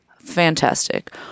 fantastic